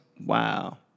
Wow